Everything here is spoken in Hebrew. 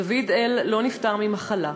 דוד-אל לא נפטר ממחלה.